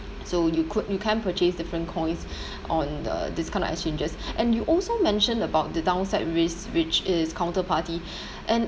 so you could you can purchase different coins on the this kind of exchanges and you also mentioned about the downside risk which is counterparty and